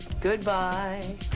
goodbye